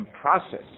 process